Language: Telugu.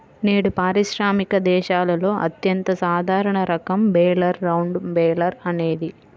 నేడు పారిశ్రామిక దేశాలలో అత్యంత సాధారణ రకం బేలర్ రౌండ్ బేలర్ అనేది